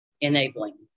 enabling